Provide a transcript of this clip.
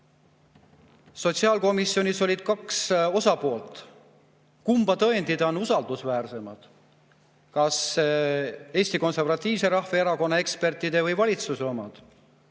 Sotsiaalkomisjonis olid kaks osapoolt. Kumma tõendid on usaldusväärsemad, kas Eesti Konservatiivse Rahvaerakonna ekspertide või valitsuse